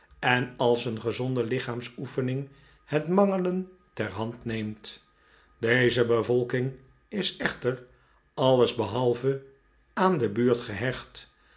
en als een gezonde liehaamsoefening het mangelen ter hand neemt deze bevolking is echter alles behalve aan de buurt gehecht